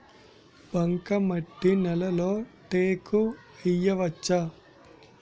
బంకమట్టి నేలలో టేకు వేయవచ్చా?